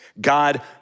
God